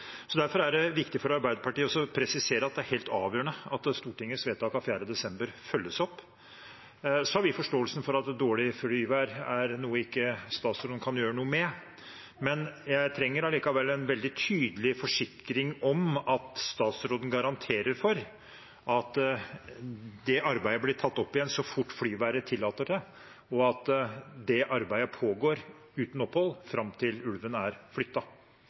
så tvil om muligheten for å opprettholde den todelte målsettingen. Derfor er det viktig for Arbeiderpartiet å presisere at det er helt avgjørende at Stortingets vedtak av 4. desember følges opp. Vi har forståelse for at dårlig flyvær er noe statsråden ikke kan gjøre noe med, men jeg trenger allikevel en veldig tydelig forsikring om at statsråden garanterer for at det arbeidet blir tatt opp igjen så fort flyværet tillater det, og at det arbeidet pågår uten opphold fram til ulven er